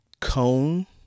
cone